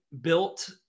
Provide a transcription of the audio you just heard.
built